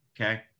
okay